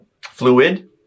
fluid